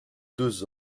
deux